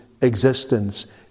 existence